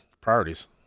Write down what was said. Priorities